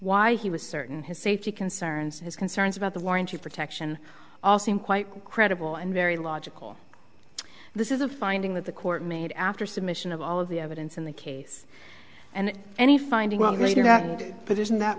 why he was certain his safety concerns his concerns about the warranty protection all seem quite credible and very logical this is a finding that the court made after submission of all of the evidence in the case and any finding i'm going to put isn't that